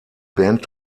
band